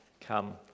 come